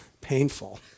painful